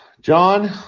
John